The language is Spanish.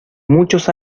muchos